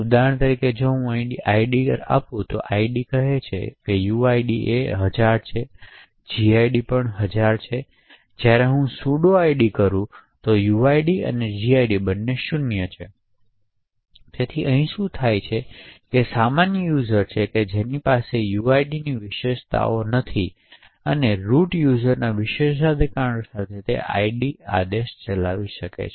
ઉદાહરણ તરીકે અહીંની id કહે છે કે uid 1000 છે મારું gid 1000 છે હવે જ્યારે હું sudo id કરું છું તે uid 0 છે gid 0 છે અને તેથી વધુ તેથી શું છે અહીંથી પ્રાપ્ત થયેલ એ છે કે સામાન્ય યુઝર કે જેની પાસે uid વિશેષતાઓ 0 છે તે રુટ યુઝરના વિશેષાધિકાર સાથે id આદેશ ચલાવે છે